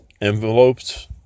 envelopes